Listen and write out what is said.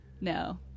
no